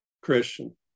Christian